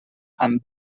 amb